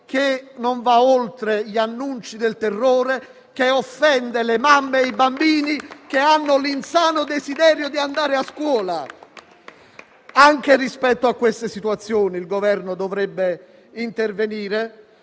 che non va oltre gli annunci del terrore, che offende le mamme e i bambini che hanno l'insano desiderio di andare a scuola. Anche rispetto a queste situazioni il Governo dovrebbe intervenire,